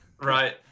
Right